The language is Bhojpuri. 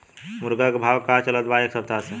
मुर्गा के भाव का चलत बा एक सप्ताह से?